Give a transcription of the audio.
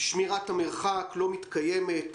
שמירת המרחק לא מתקיימת,